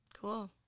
cool